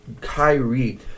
Kyrie